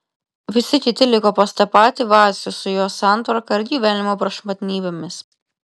visi kiti liko pas tą patį vacių su jo santvarka ir gyvenimo prašmatnybėmis